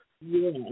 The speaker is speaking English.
Yes